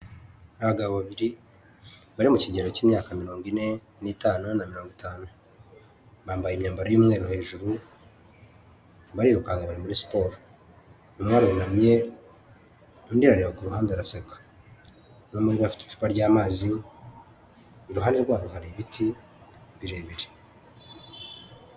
Abagabo babiri bari mu kigero k'imyaka mirongo ine n'itanu na mirongo itanu, bambaye imyambaro y'umweru hejuru, barirukanka muri siporo umwe arunamye, undi arareba ku ruhande araseka, umwe muri bo afite icupa ry'amazi iruhande rwabo hari ibiti birebire.